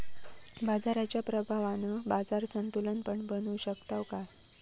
बाजाराच्या प्रभावान बाजार संतुलन पण बनवू शकताव काय?